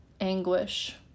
anguish